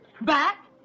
Back